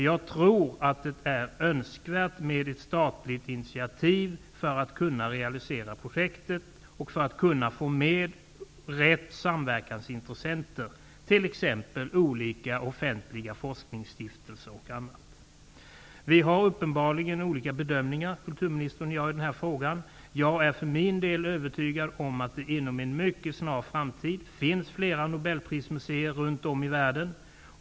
Jag tror att det är önskvärt med ett statligt initiativ för att man skall kunna realisera projektet och för att kunna få med rätt samverkansintressenter, t.ex. olika offentliga forskningsstiftelser. Kulturministern och jag gör uppenbarligen olika bedömningar i den här frågan. Jag är för min del övertygad om att det inom en mycket snar framtid kommer att finnas flera nobelprismuséer runt om i världen.